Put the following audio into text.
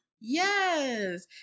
Yes